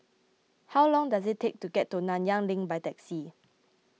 how long does it take to get to Nanyang Link by taxi